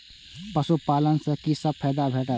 पशु पालन सँ कि सब फायदा भेटत?